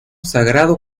sagrado